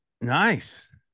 Nice